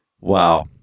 Wow